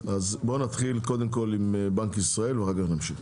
אז בואו נתחיל קודם כל עם בנק ישראל ואחר כך נמשיך.